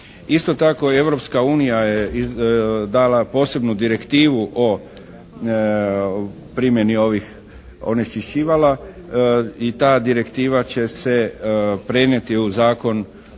Isto tako Europska unija je dala posebnu direktivu o primjeni ovih onečišćivala i ta direktiva će se prenijeti u zakon,